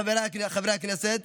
חבריי חברי הכנסת,